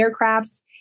aircrafts